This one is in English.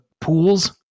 pools